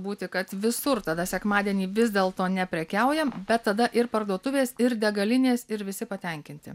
būti kad visur tada sekmadienį vis dėlto neprekiaujam bet tada ir parduotuvės ir degalinės ir visi patenkinti